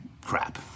crap